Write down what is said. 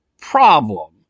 problem